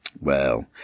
Well